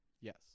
Yes